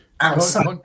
outside